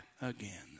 again